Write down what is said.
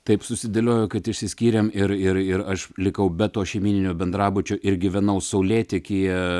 taip susidėliojo kad išsiskyrėm ir ir aš likau be to šeimyninio bendrabučio ir gyvenau saulėtekyje